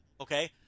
Okay